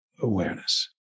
Awareness